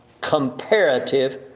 Comparative